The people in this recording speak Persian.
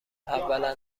اولا